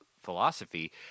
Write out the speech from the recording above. Philosophy